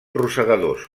rosegadors